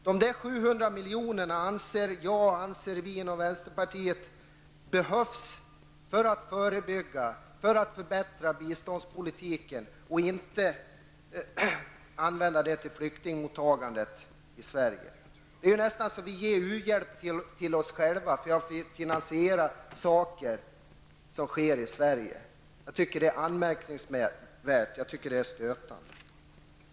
Vi inom vänsterpartiet anser att dessa 700 milj.kr. behövs för att förbättra biståndspolitiken. Vi anser inte att de skall användas till flyktingmottagandet i Sverige. Det innebär ju nästan att vi ger u-hjälp till oss själva, eftersom man med biståndsmedel finansierar saker som sker i Sverige. Jag tycker att det är anmärkningsvärt och stötande.